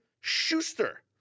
Schuster